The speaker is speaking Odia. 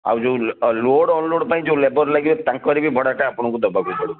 ଆଉ ଯେଉଁ ଲୋଡ଼ ଅନଲୋଡ଼ ପାଇଁ ଯେଉଁ ଲେବର୍ ଲାଗିବେ ତାଙ୍କର ବି ଭଡ଼ାଟା ଆପଣଙ୍କୁ ଦେବାକୁ ପଡ଼ିବ